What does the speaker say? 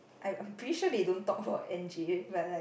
I I'm pretty sure they don't talk about N_J but like